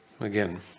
Again